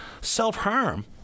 self-harm